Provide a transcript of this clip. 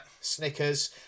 Snickers